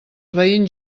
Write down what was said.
veïns